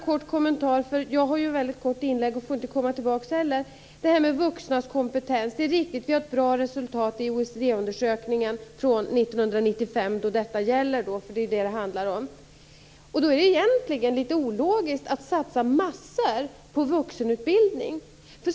Sedan har jag bara en kort kommentar om detta med vuxnas kompetens. Det är riktigt att vi hade ett bra resultat i OECD-undersökningen från 1995. Då är det egentligen litet ologiskt att satsa massor på vuxenutbildning.